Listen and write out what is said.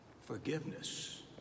Forgiveness